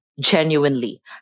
genuinely